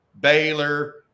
Baylor